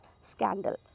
scandal